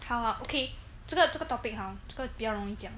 好啦 okay 这个这个 topic 好这个比较容易讲